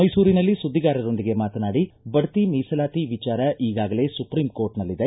ಮೈಸೂರಿನಲ್ಲಿ ಸುದ್ದಿಗಾರರೊಂದಿಗೆ ಮಾತನಾಡಿ ಬಡ್ತಿ ಮೀಸಲಾತಿ ವಿಚಾರ ಈಗಾಗಲೇ ಸುಪ್ರೀಂ ಕೋರ್ಟ್ನಲ್ಲಿದೆ